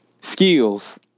skills